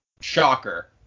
Shocker